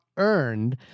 earned